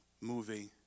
movie